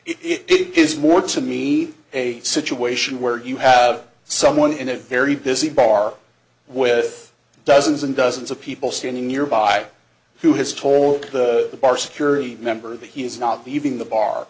it is more to me a situation where you have someone in a very busy bar with dozens and dozens of people standing nearby who has told the bar security member that he is not even the bar